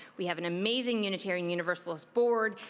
we have an amazing unitarian universalist board.